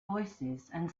voicesand